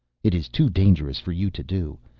it is too dangerous for you to do,